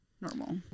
normal